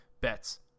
Bets